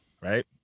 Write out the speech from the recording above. Right